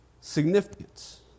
significance